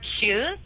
shoes